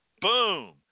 boom